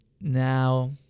now